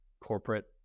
corporate